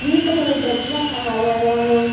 வீட்டில கொஞ்சம் பிரச்சனை மேம் அதனால தான் மேம்